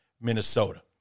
Minnesota